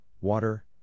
water